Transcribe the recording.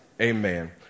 Amen